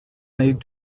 made